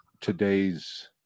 today's